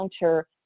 encounter